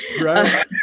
right